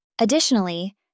Additionally